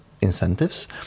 incentives